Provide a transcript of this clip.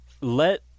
Let